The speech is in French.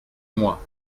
moi